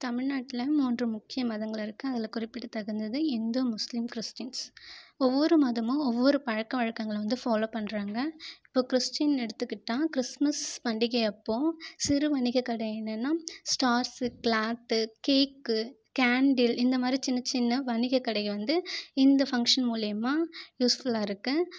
தமிழ்நாட்டில் மூன்று முக்கிய மதங்கள் இருக்குது அதில் குறிப்பிடத்தகுந்தது இந்து முஸ்லிம் கிறிஸ்டின்ஸ் ஒவ்வொரு மதமும் ஒவ்வொரு பழக்க வழக்கங்கள் வந்து ஃபாலோ பண்ணுறாங்க இப்போ கிறிஸ்டின் எடுத்துக்கிட்டால் கிறிஸ்துமஸ் பண்டிகை அப்போ சிறு வணிக கடையிலல்லாம் ஸ்டார்ஸ்சு கிளாத்து கேக்கு கேண்டில் இந்த மாதிரி சின்ன சின்ன வணிக கடைகள் வந்து இந்த ஃபங்க்ஷன் மூலியமாக யூஸ்ஃபுல்லாக இருக்குது